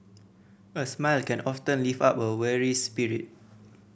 a smile can often lift up a weary spirit